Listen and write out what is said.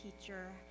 teacher